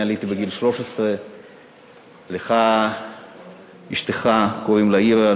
אני עליתי בגיל 13. לאשתך קוראים אירה,